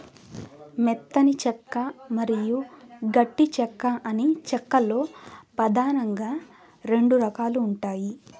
మెత్తని చెక్క మరియు గట్టి చెక్క అని చెక్క లో పదానంగా రెండు రకాలు ఉంటాయి